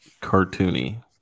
cartoony